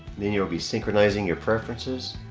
then you'll be synchronizing your preferences